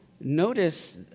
Notice